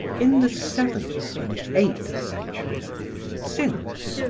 in the seventh and eighth centuries since,